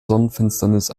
sonnenfinsternis